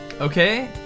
Okay